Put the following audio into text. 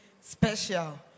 special